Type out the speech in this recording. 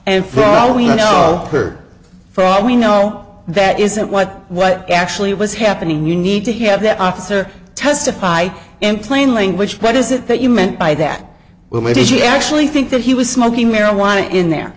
and for all we know for for all we know that isn't what what actually was happening you need to have the officer testify in plain language what is it that you meant by that well it is you actually think that he was smoking marijuana in there